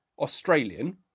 Australian